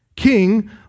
king